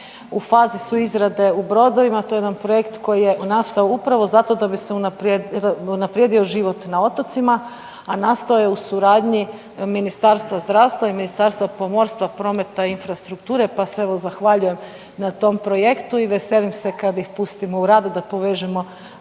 U fazi su izrade u brodovima, to je jedan projekt koji je nastao upravo zato da bi se unaprijedio život na otocima, a nastao je u suradnji Ministarstva zdravstva i Ministarstva pomorstva, prometa i infrastrukture, pa se evo zahvaljujem na tom projektu i veselim se kad ih pustimo u rad i da povežemo